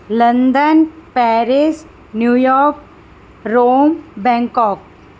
London Paris New York Rome Bangkok